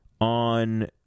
on